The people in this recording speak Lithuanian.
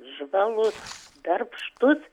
žvalus darbštus